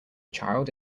child